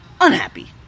unhappy